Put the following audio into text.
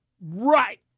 Right